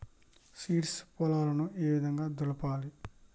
Seeds పొలాలను ఏ విధంగా దులపాలి?